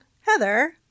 Heather